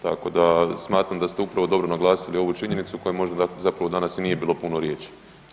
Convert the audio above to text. Tako da smatram da ste upravo dobro naglasili ovu činjenicu o kojoj možda zapravo i danas nije bilo puno riječi.